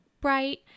bright